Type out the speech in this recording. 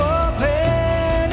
open